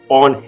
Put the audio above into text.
on